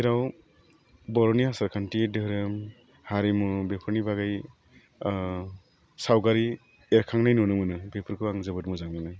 जेराव बर'नि आसार खान्थि दोहोरोम हारिमु बेफोरनि बागै सावगारि बेरखांनाय नुनो मोनो बेफोरखौ आं जोबोद मोजां मोनो